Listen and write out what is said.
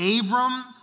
Abram